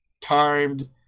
timed